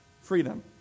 freedom